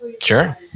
Sure